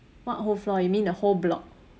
what whole floor you mean the whole block